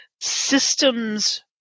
systems